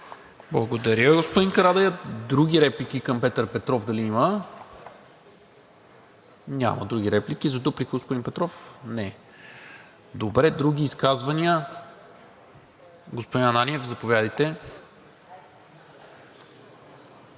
Благодаря, господин Карадайъ. Други реплики към Петър Петров дали има? Няма. За дуплика, господин Петров? Не. Други изказвания? Господин Ананиев, заповядайте.